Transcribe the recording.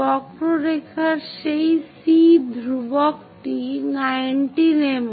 বক্ররেখার সেই C ধ্রুবকটি 19 mm